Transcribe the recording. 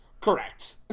Correct